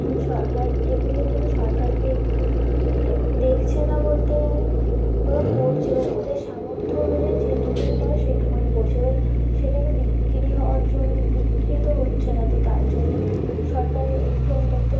এগুলো সরকার এগুলোর জন্য সরকারকে একটু দেখছে না বলতে গেলে ওরা করছে এবার ওদের সামর্থ্য অনুযায়ী যেটুকুনি করার সে টুকুনি করছে এবার সেটাকে বিক্রি হওয়ার জন বিক্রি তো হচ্ছে না তো তার জন্যে সরকারের একটু অন্তত